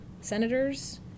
senators